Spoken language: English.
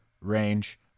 range